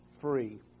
free